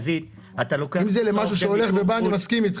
אם זה למשהו שהולך ובא, אני מסכים איתך.